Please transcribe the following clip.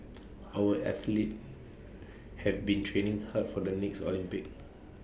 our athletes have been training hard for the next Olympics